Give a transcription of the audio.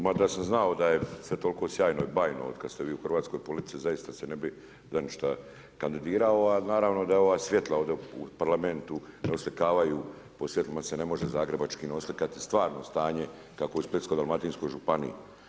Ma da sam znao da je sve toliko sjajno i bajno od kad ste vi u hrvatskoj policiji zaista ne bi za ništa kandidirao, a naravno da ova svjetla ovdje u Parlamentu ne oslikavaju, o svjetlima se ne može zagrebačkim oslikati stvarno stanje kako u Splitsko-dalmatinskoj županiji.